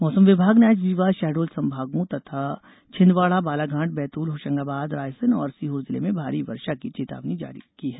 मौसम विभाग ने आज रीवा शहडोल संभागों तथा छिंदवाड़ा बालाघाट बैतूल होशंगाबाद रायसेन और सीहोर जिले में भारी वर्षा की चेतावनी जारी दी है